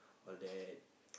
all that